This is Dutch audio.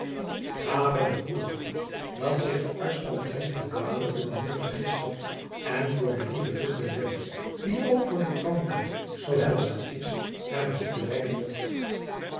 gave de goede god dat zich de arts omtrent de kwale uwer moeder vergist had en voor de lieve lucht der lente die ook voor de kranken zoo heilzaam is hare ziekte wijken mogt